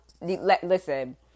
Listen